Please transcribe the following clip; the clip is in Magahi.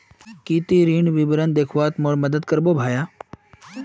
की ती ऋण विवरण दखवात मोर मदद करबो भाया